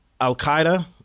Al-Qaeda